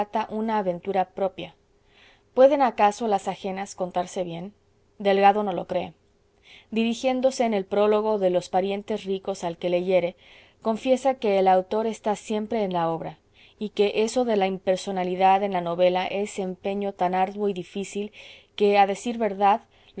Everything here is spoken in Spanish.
una aventura propia pueden acaso las ajenas contarse bien delgado no lo cree dirigiéndose en el prólogo de los parientes ricos al que leyere confiesa que el autor está siempre en la obra y que eso de la impersonalidad en la novela es empeño tan arduo y difícil que a decir verdad